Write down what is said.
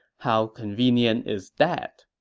how convenient is that?